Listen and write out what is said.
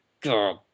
God